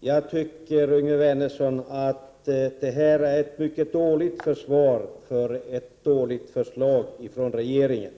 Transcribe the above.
Jag tycker, Yngve Wernersson, att detta är ett mycket dåligt försvar för ett dåligt förslag från regeringen.